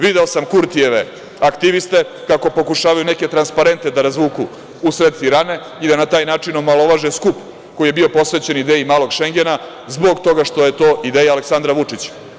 Video sam Kurtijeve aktiviste kako pokušavaju neke transparente da razvuku u sred Tirane i da na taj način omalovaže skup koji je bio posvećen ideji „malog Šengena“, zbog toga što je to ideja Aleksandra Vučića.